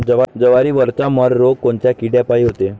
जवारीवरचा मर रोग कोनच्या किड्यापायी होते?